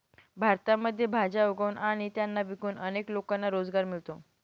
भारतामध्ये भाज्या उगवून आणि त्यांना विकून अनेक लोकांना रोजगार मिळतो